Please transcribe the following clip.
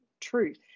truth